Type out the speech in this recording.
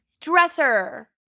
dresser